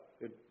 good